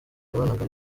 yabanaga